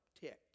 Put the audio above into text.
ticked